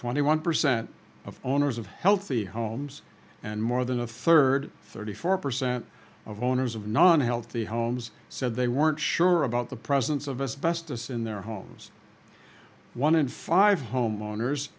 twenty one percent of owners of healthy homes and more than a third thirty four percent of owners of non healthy homes said they weren't sure about the presence of us best us in their homes one in five homeowners